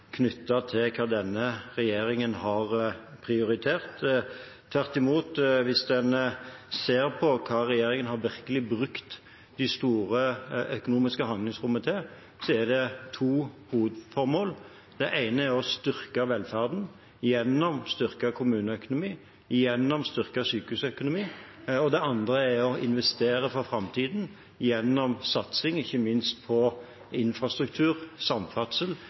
til hva denne regjeringen har prioritert. Tvert imot, hvis en ser på hva regjeringen virkelig har brukt det store økonomiske handlingsrommet til, er det to hovedformål. Det ene er å styrke velferden gjennom styrket kommuneøkonomi og gjennom styrket sykehusøkonomi, og det andre er å investere for framtiden gjennom satsing ikke minst på infrastruktur, samferdsel